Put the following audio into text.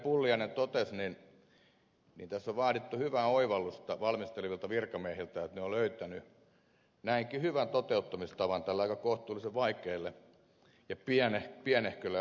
pulliainen totesi tässä on vaadittu hyvää oivallusta valmistelevilta virkamiehiltä että he ovat löytäneet näinkin hyvän toteuttamistavan tälle aika kohtuullisen vaikealle ja pienehkölle asialle